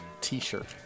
T-shirt